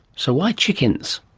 so, why chickens?